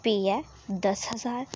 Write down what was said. फ्ही ऐ दस हजार